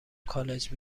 کالج